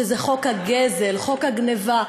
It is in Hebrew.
שזה חוק הגזל, חוק הגנבה.